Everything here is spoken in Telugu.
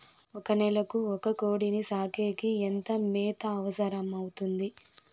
ఒక నెలకు ఒక కోడిని సాకేకి ఎంత మేత అవసరమవుతుంది?